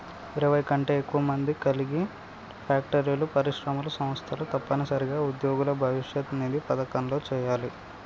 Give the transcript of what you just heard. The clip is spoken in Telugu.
ఇరవై కంటే ఎక్కువ మందిని కలిగి ఫ్యాక్టరీలు పరిశ్రమలు సంస్థలు తప్పనిసరిగా ఉద్యోగుల భవిష్యత్ నిధి పథకంలో చేయాలి